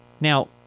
Now